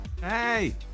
Hey